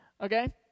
Okay